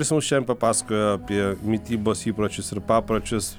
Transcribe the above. kuris mum šiandien papasakojo apie mitybos įpročius ir papročius